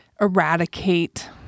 eradicate